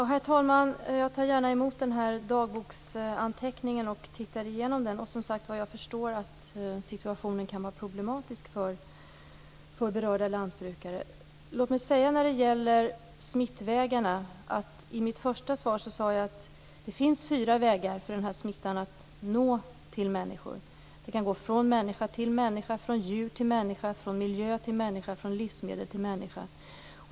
Herr talman! Jag tar gärna emot dagboksanteckningen och tittar igenom den. Jag förstår, som sagt var, att situationen kan vara problematisk för berörda lantbrukare. När det gäller smittvägarna sade jag i mitt svar att det finns fyra vägar för smittan att nå till människor: den kan gå från människa till människa, från djur till människa, från miljö till människa och från livsmedel till människa.